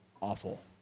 awful